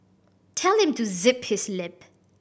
tell him to zip his lip